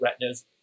retinas